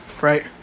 right